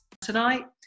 Tonight